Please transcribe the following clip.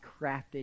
crafted